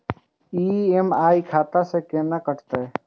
EMI खाता से केना कटते?